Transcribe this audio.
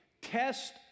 test